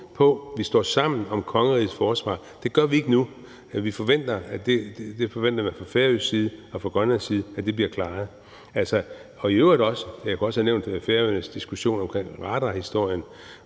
på, at vi står sammen om kongerigets forsvar. Det gør vi ikke nu. Vi forventer – det forventer man fra færøsk side og fra grønlandsk side – at det bliver klaret. Jeg kunne jo også have nævnt Færøernes diskussion omkring radarhistorien,